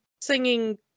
singing